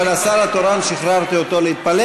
אבל שחררתי את השר התורן להתפלל,